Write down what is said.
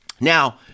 Now